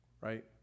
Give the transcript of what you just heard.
Right